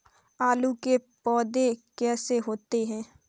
आलू के पौधे कैसे होते हैं?